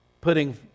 putting